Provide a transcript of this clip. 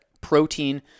protein